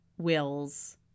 wills